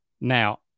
Now